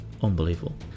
unbelievable